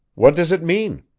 what does it mean?